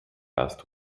last